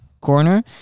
corner